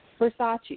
Versace